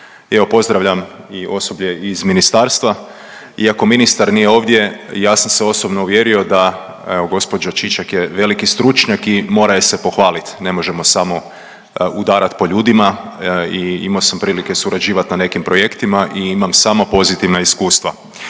Evo pozdravljam i osoblje iz ministarstva, iako ministar nije ovdje, ja sam se osobno uvjerio da evo gđa. Čičak je veliki stručnjak i mora je se pohvalit, ne možemo samo udarat po ljudima i imao sam prilike surađivat na nekim projektima i imam samo pozitivna iskustva.